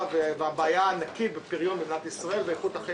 לפי התקדמות הביצוע בפועל של חברת "דירה להשכיר".